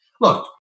Look